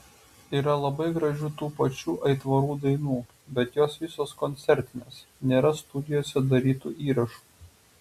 yra labai gražių tų pačių aitvarų dainų bet jos visos koncertinės nėra studijose darytų įrašų